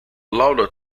lauda